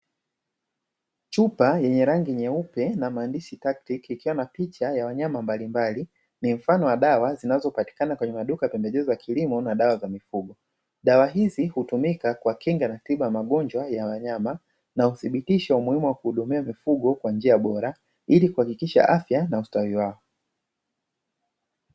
Chupa yenye rangi nyeupe na maandishi taktiki, ikiwa na picha ya wanyama mbalimbali. Ni mfano wa dawa zinazopatikana kwenye maduka ya pembejeo za kilimo na dawa za mifugo. Dawa hizi hutumika kwa kinga na tiba ya magonjwa ya wanyama na huthibitisha umuhimu wa kuhudumia mifugo kwa njia bora ili kuhakikisha afya na ustawi wao.